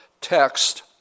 text